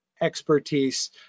expertise